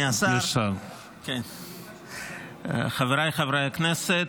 השר, חבריי חברי הכנסת,